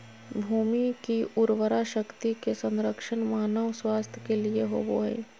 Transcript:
भूमि की उर्वरा शक्ति के संरक्षण मानव स्वास्थ्य के लिए होबो हइ